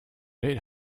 did